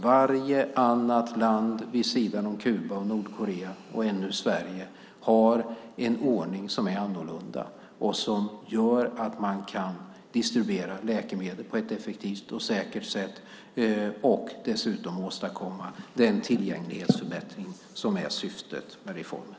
Varje annat land vid sidan om Kuba och Nordkorea, och ännu Sverige, har en ordning som är annorlunda och som gör att man kan distribuera läkemedel på ett effektivt och säkert sätt och dessutom åstadkomma den tillgänglighetsförbättring som är syftet med reformen.